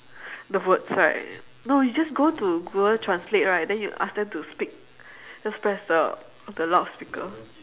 the words right no you just go to google translate right then you ask them to speak just press the the loudspeaker